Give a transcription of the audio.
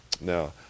Now